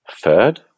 third